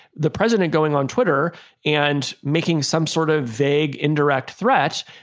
the president going on twitter and making some sort of vague indirect threat